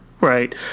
Right